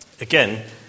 Again